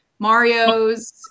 Mario's